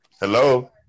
Hello